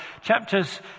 chapters